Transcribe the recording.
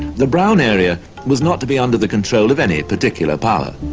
the brown area was not to be under the control of any particular power,